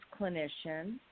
clinician